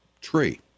tree